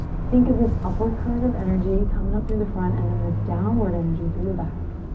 think of this upward current of energy, coming up through the front. and then this downward energy through the back.